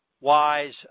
wise